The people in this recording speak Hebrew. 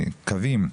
קווים,